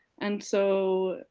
and so,